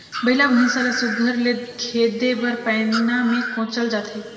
बइला भइसा ल सुग्घर ले खेदे बर पैना मे कोचल जाथे